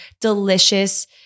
delicious